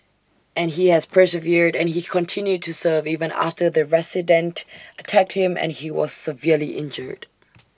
and he has persevered and he continued to serve even after the resident attacked him and he was severely injured